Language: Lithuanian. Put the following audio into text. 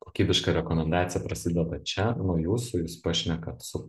kokybiška rekomendacija prasideda čia nuo jūsų jūs pašnekat su